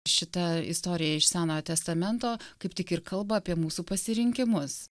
šita istorija iš senojo testamento kaip tik ir kalba apie mūsų pasirinkimus